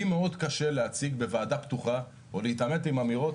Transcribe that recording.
לי מאוד קשה להציג בוועדה פתוחה או להתעמת עם אמירות,